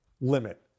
limit